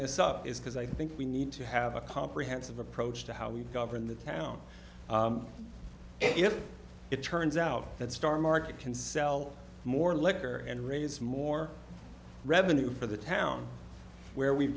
this up is because i think we need to have a comprehensive approach to how we govern the town and if it turns out that star market can sell more liquor and raise more revenue for the town where we